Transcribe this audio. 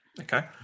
okay